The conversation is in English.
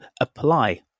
apply